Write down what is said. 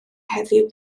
heddiw